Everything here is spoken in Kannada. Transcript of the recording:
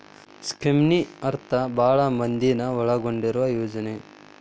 ಸ್ಕೇಮ್ನ ಅರ್ಥ ಭಾಳ್ ಮಂದಿನ ಒಳಗೊಂಡಿರುವ ಯೋಜನೆ